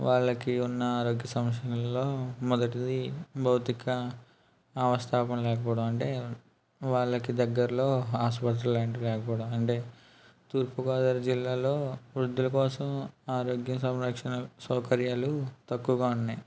వాళ్ళకి ఉన్న ఆరోగ్య సంరక్షణలో మొదటిది భౌతిక అవస్థాపన లేకపోవడం అంటే వాళ్ళకు దగ్గర్లో హాస్పిటల్ లాంటివి లేకపోవడం అంటే తూర్పుగోదావరి జిల్లాలో వృద్ధుల కోసం ఆరోగ్య సంరక్షణ సౌకర్యాలు తక్కువగా ఉన్నాయి